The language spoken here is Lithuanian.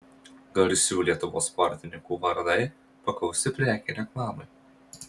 garsių lietuvos sportininkų vardai paklausi prekė reklamai